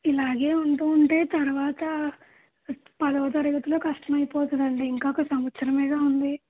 ఇలాగే ఉంటూ ఉంటే తర్వాత పదో తరగతిలో కష్టం అయిపోతుందండీ ఇంకా ఒక సంత్సరమేగా ఉంది